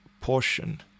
portion